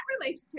relationship